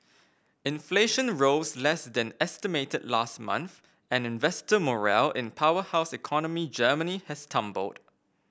inflation rose less than estimated last month and investor morale in powerhouse economy Germany has tumbled